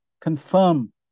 confirm